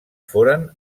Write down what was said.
foren